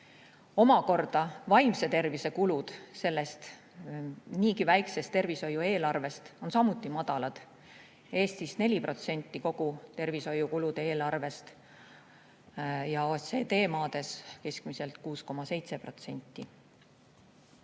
Omakorda vaimse tervise kulud selles niigi väikeses tervishoiu eelarves on samuti madalad: Eestis 4% kogu tervishoiukulude eelarvest ja OECD maades keskmiselt 6,7%.